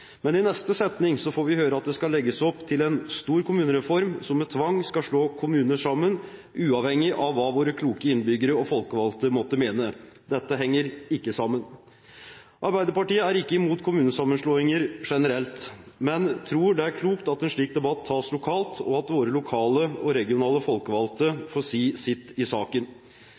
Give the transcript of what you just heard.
Men i neste setning får vi høre at det skal legges opp til en stor kommunereform, der en med tvang skal slå sammen kommuner, uavhengig av hva våre kloke innbyggere og folkevalgte måtte mene. Dette henger ikke sammen. Arbeiderpartiet er ikke imot kommunesammenslåinger generelt, men tror det er klokt at en slik debatt tas lokalt, og at våre lokale og regionale folkevalgte får si sitt i saken.